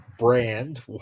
Brand